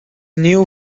new